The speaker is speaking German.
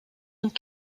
und